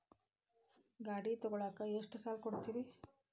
ಗಾಡಿ ತಗೋಳಾಕ್ ಎಷ್ಟ ಸಾಲ ಕೊಡ್ತೇರಿ?